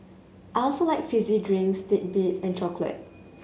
I also like fizzy drinks titbits and chocolate